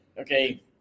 okay